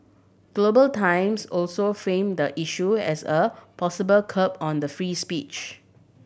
Global Times also frame the issue as a possible curb on the free speech